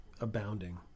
abounding